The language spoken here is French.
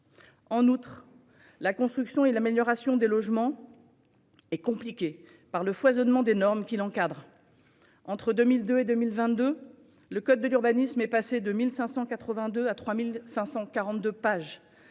En outre, la construction et l'amélioration des logements sont compliquées par le foisonnement des normes qui les encadrent. Entre 2002 et 2022, le code de l'urbanisme est passé de 1 584 à 3 542 pages.